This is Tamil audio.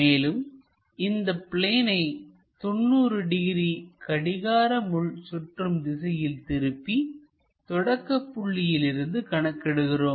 மேலும் இந்த பிளேனை 90 டிகிரி கடிகார முள் சுற்றும் திசையில் திருப்பி தொடக்கப் புள்ளியில் இருந்து கணக்கிடுகிறோம்